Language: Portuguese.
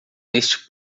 neste